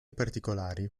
particolari